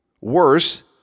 Worse